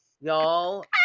Y'all